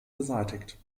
beseitigt